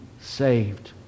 saved